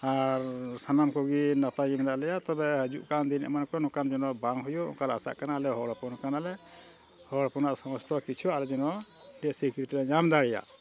ᱟᱨ ᱥᱟᱱᱟᱢ ᱠᱚᱜᱮ ᱱᱟᱯᱟᱭ ᱜᱮ ᱢᱮᱱᱟᱜ ᱞᱮᱭᱟ ᱛᱚᱵᱮ ᱦᱤᱡᱩᱜ ᱠᱟᱱ ᱫᱤᱱ ᱮᱢᱟᱱ ᱞᱮᱯᱮ ᱱᱚᱝᱠᱟᱱ ᱡᱮᱱᱚ ᱵᱟᱝ ᱦᱩᱭᱩᱜ ᱚᱱᱠᱟᱞᱮ ᱟᱞᱮ ᱦᱚᱲ ᱦᱚᱯᱚᱱ ᱠᱟᱱᱟ ᱞᱮ ᱦᱚᱲ ᱦᱚᱯᱚᱱ ᱠᱟᱱᱟᱞᱮ ᱦᱚᱲ ᱦᱚᱯᱚᱱᱟᱜ ᱥᱚᱢᱚᱥᱛᱚ ᱠᱤᱪᱷᱩ ᱟᱞᱮ ᱡᱮᱱᱚ ᱥᱤᱠᱨᱤᱛᱤ ᱞᱮ ᱧᱟᱢ ᱫᱟᱲᱮᱭᱟᱜ